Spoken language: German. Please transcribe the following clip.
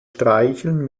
streicheln